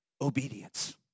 obedience